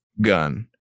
gun